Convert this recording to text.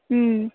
ಹ್ಞೂ